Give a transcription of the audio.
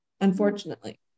unfortunately